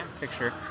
picture